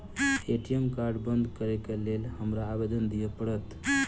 ATM card बंद करैक लेल हमरा आवेदन दिय पड़त?